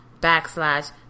backslash